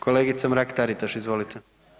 Kolegica Mrak Taritaš, izvolite.